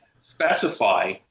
specify